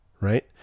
right